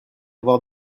voir